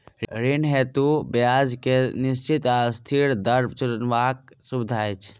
ऋण हेतु ब्याज केँ निश्चित वा अस्थिर दर चुनबाक सुविधा अछि